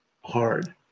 hard